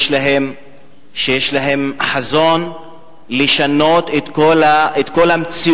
יש להם חזון לשנות את כל המציאות,